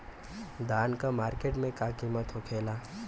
धान क मार्केट में का कीमत होखेला?